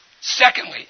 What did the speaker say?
Secondly